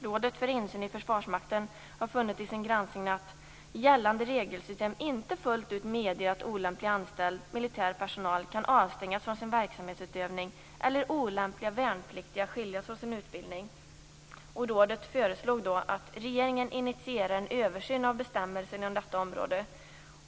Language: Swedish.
Rådet för insyn i Försvarsmakten har i sin granskning funnit att gällande regelsystem inte fullt ut medger att olämplig anställd militär personal kan avstängas från sin verksamhetsutövning eller olämpliga värnpliktiga skiljas från sin utbildning. Rådet föreslog att regeringen initierar en översyn av bestämmelserna inom detta område.